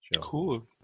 Cool